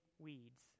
Weeds